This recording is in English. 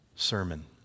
Sermon